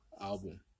album